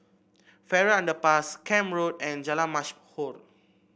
Farrer Underpass Camp Road and Jalan Mashhor